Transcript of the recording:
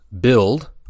build